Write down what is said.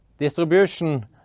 Distribution